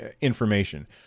information